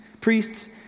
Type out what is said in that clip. priests